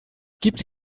gibt